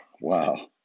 Wow